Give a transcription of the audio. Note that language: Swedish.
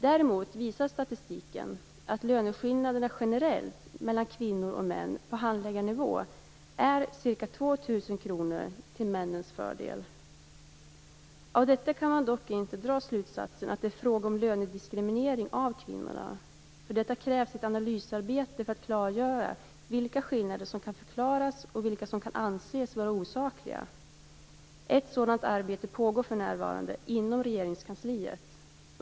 Däremot visar statistiken att löneskillnaderna generellt mellan kvinnor och män på handläggarnivå är ca 2 000 kr till männens fördel. Av detta kan man dock inte dra slutsatsen att det är fråga om lönediskriminering av kvinnorna. Det krävs ett analysarbete för att klargöra vilka skillnader som kan förklaras och vilka som kan anses vara osakliga. Ett sådant arbete pågår för närvarande inom Regeringskansliet.